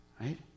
right